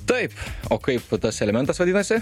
taip o kaip tas elementas vadinasi